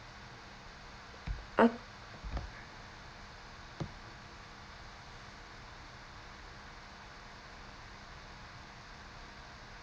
uh